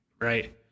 right